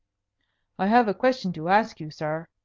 i have a question to ask you, sir,